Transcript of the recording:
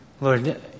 Lord